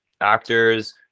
actors